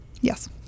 Yes